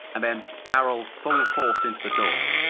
and then barrelled full force into the door.